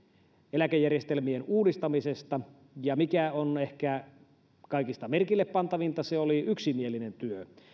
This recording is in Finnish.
eläkejärjestelmien uudistamisesta ja mikä on ehkä kaikista merkille pantavinta se oli yksimielinen työ